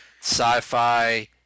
sci-fi